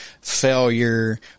failure